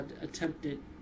attempted